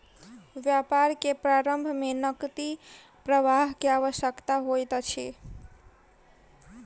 व्यापार के प्रारम्भ में नकदी प्रवाह के आवश्यकता होइत अछि